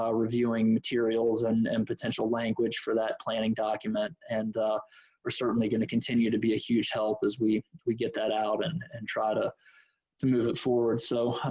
reviewing materials and and potential language for that planning document and we're certainly going to continue to be a huge help. as we we get that out and and try to to move it forward. so